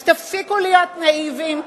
אז תפסיקו להיות נאיביים,